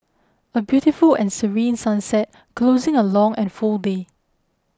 a beautiful and serene sunset closing a long and full day